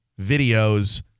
videos